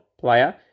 player